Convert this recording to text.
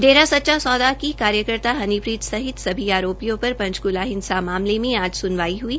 डेरा सच्चा सौदा की कार्यकर्ता हनीप्रीत सहित सभी आरोपियों पर पंचकूला हिंसा मामले में आज सुनवाई हई